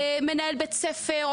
מנהל בית ספר,